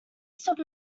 stood